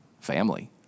family